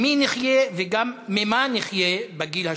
עם מי נחיה וגם ממה נחיה בגיל השלישי.